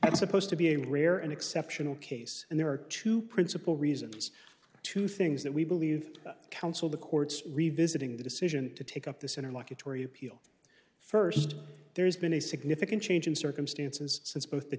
that supposed to be a rare and exceptional case and there are two principal reasons two things that we believe counsel the courts revisiting the decision to take up this interlocutory appeal st there's been a significant change in circumstances since both the